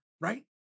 right